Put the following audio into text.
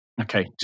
Okay